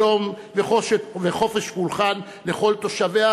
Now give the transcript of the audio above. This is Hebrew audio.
שלום וחופש פולחן לכל תושביה,